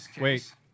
Wait